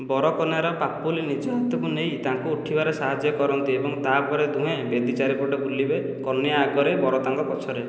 ବର କନ୍ୟାର ପାପୁଲି ନିଜ ହାତକୁ ନେଇ ତାଙ୍କୁ ଉଠିବାରେ ସାହାଯ୍ୟ କରନ୍ତି ଏବଂ ତା'ପରେ ଦୁହେଁ ବେଦୀ ଚାରିପଟେ ବୁଲିବେ କନ୍ୟା ଆଗରେ ବର ତାଙ୍କ ପଛରେ